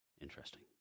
Interesting